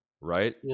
right